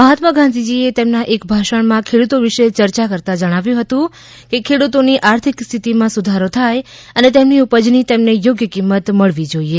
મહાત્મા ગાંધીજીએ તેમના એક ભાષણમાં ખેડૂતો વિશે ચર્ચા કરતાં જણાવ્યું હતું કે ખેડૂતોની આર્થિક સ્થિતિમાં સુધારો થાય અને તેમની ઉપજની તેમને થોગ્ય કિંમત મળવી જોઇએ